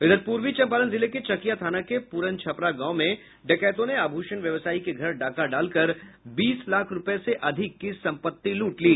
उधर पूर्वी चंपारण जिले के चकिया थाना के पूरनछपरा गांव में डकैतों ने आभूषण व्यवसायी के घर डाका डालकर बीस लाख रूपये से अधिक की संपत्ति लूट ली